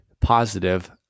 positive